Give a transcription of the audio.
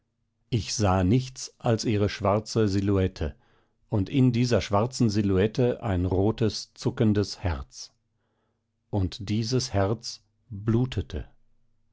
ich sah nichts als ihre schwarze silhouette und in dieser schwarzen silhouette ein rotes zuckendes herz und dieses herz blutete